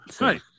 Right